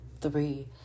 three